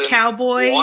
Cowboy